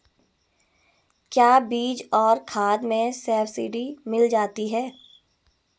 क्या बीज और खाद में सब्सिडी मिल जाती है?